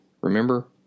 Remember